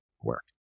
work